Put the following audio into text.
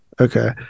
Okay